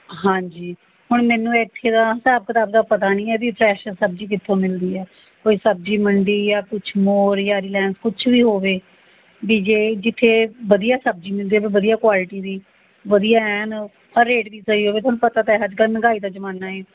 ਹਾਂਜੀ ਹੁਣ ਮੈਨੂੰ ਇੱਥੇ ਦਾ ਹਿਸਾਬ ਕਿਤਾਬ ਦਾ ਪਤਾ ਨਹੀਂ ਇਹਦੀ ਫ਼੍ਰੇਸ਼ ਸਬਜ਼ੀ ਕਿੱਥੋਂ ਮਿਲਦੀ ਹੈ ਕੋਈ ਸਬਜ਼ੀ ਮੰਡੀ ਜਾਂ ਕੁਝ ਮੋਲ ਜਾਂ ਰਿਲਾਇੰਸ ਕੁਝ ਵੀ ਹੋਵੇ ਵੀ ਜੇ ਜਿੱਥੇ ਵਧੀਆ ਸਬਜ਼ੀ ਮਿਲ ਜਾਵੇ ਵਧੀਆ ਕੁਆਲਟੀ ਦੀ ਵਧੀਆ ਐਨ ਰੇਟ ਵੀ ਸਹੀ ਹੋਵੇ ਤੁਹਾਨੂੰ ਪਤਾ ਤਾਂ ਹੈ ਅੱਜਕੱਲ ਮਹਿੰਗਾਈ ਦਾ ਜ਼ਮਾਨਾ ਏ